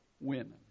women